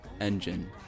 engine